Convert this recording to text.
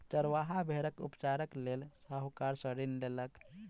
चरवाहा भेड़क उपचारक लेल साहूकार सॅ ऋण लेलक